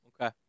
okay